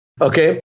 Okay